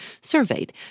surveyed